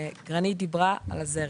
גרניט דיברה על הזרם.